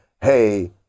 hey